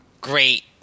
Great